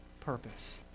purpose